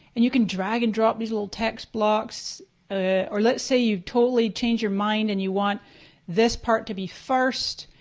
and you can drag and drop these little text blocks or let's say you've totally changed your mind and you want this part to be first.